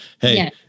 Hey